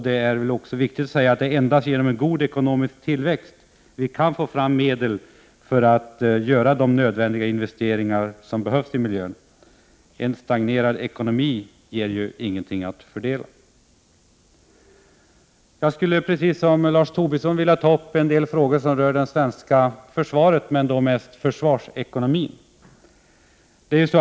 Det är endast genom god ekonomisk tillväxt som vi kan få fram medel för att göra nödvändiga investeringar i miljön. En stagnerad ekonomi ger ju inget att fördela. Jag skulle sedan liksom Lars Tobisson vilja ta upp några frågor som rör det svenska försvaret men då mest försvarsekonomin.